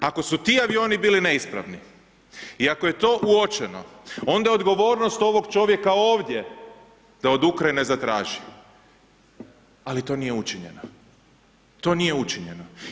Ako su ti avioni bili neispravni i ako je to uočeno, onda odgovornost ovog čovjeka ovdje da od Ukrajine zatraži ali to nije učinjeno, to nije učinjeno.